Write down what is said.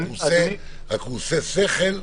הוא עושה שכל,